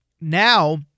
now